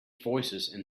voicesand